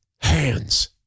hands